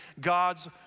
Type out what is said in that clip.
God's